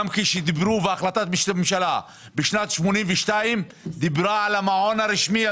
גם כשדיברו והחלטת הממשלה בשנת 82' דיברה על המעון הרשמי,